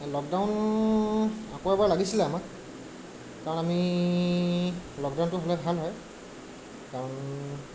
lockdown আকৌ এবাৰ লাগিছিলে আমাক কাৰণ আমি লকডাউনটো হ'লে ভাল হয় কাৰণ